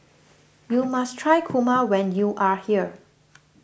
you must try Kurma when you are here